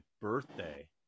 birthday